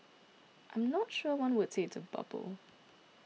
I'm not sure one would say it's a bubble